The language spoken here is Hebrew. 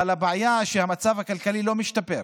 אבל הבעיה היא שהמצב הכלכלי לא משתפר,